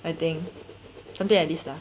I think something like this lah